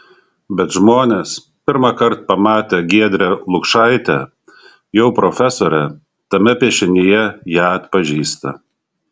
bet žmonės pirmąkart pamatę giedrę lukšaitę jau profesorę tame piešinyje ją atpažįsta